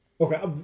Okay